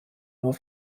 nur